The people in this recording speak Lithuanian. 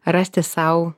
rasti sau